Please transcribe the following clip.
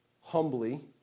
humbly